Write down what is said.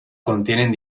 contienen